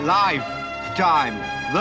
lifetime